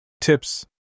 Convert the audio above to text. Tips